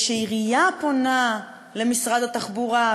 ושעירייה פונה למשרד התחבורה,